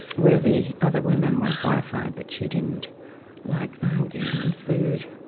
where the other women were horrified that she didn't like the hungarian food.